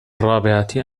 الرابعة